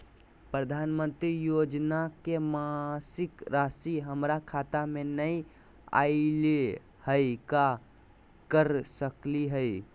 प्रधानमंत्री योजना के मासिक रासि हमरा खाता में नई आइलई हई, का कर सकली हई?